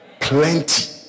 Plenty